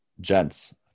Gents